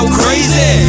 crazy